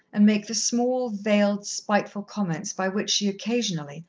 and make the small, veiled, spiteful comments by which she occasionally,